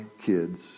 kids